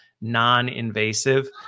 non-invasive